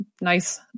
nice